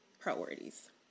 priorities